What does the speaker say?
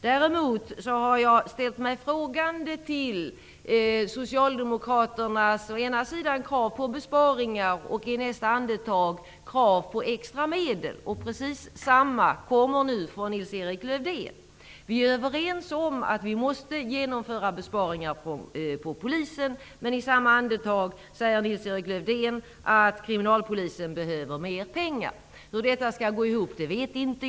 Däremot har jag ställt mig frågande till Socialdemokraternas krav på å ena sidan besparingar och å andra sidan extra medel. Det är precis detta som Lars-Erik Lövdén nu kommer med. Lars-Erik Lövdén säger att vi är överens om att besparingar måste genomföras inom Polisen, men i samma andetag säger han att kriminalpolisen behöver mer pengar. Hur detta skall gå ihop vet jag inte.